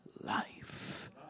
life